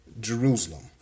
Jerusalem